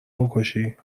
بکشی